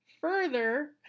further